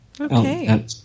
Okay